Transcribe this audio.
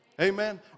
Amen